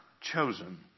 chosen